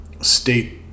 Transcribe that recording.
state